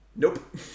Nope